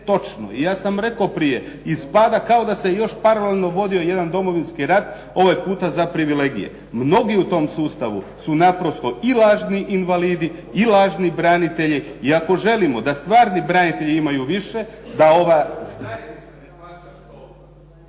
točno. Ja sam rekao prije, ispada kao da se paralelno još vodio jedan Domovinski rat ovaj puta za privilegije. Mnogi u tom sustavu su naprosto i lažni invalidi i lažni branitelji, i ako želimo da stvarni branitelji imaju više …/Govornik